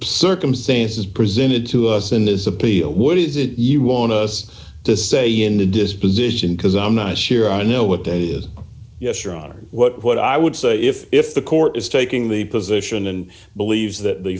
circumstances presented to us in this appeal would is it you want us to say in the disposition because i'm not sure i know what that is yes your honor what i would say if the court is taking the position and believes that the